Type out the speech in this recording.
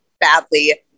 badly